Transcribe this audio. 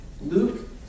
Luke